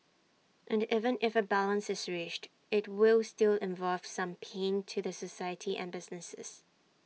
and even if A balance is reached IT will still involve some pain to the society and businesses